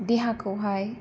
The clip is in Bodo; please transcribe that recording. देहाखौहाय